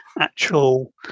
actual